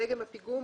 דגם הפיגום,